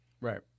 Right